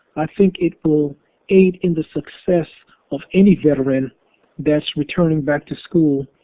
i think it will aid in the success of any veteran that's return and back to school.